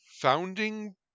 founding